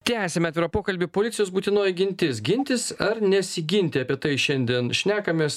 tęsiame pokalbį policijos būtinoji gintis gintis ar nesiginti apie tai šiandien šnekamės